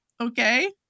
Okay